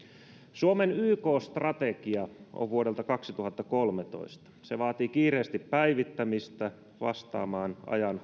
suomen yk strategia on vuodelta kaksituhattakolmetoista se vaatii kiireesti päivittämistä vastaamaan ajan